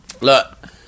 Look